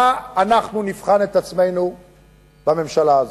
במה אנחנו נבחן את עצמנו בממשלה הזאת?